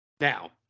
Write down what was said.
Now